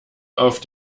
auf